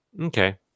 Okay